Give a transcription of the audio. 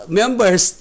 members